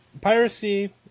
piracy